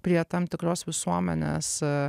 prie tam tikros visuomenės